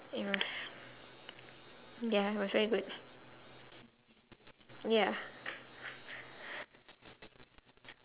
it was ya it was very good ya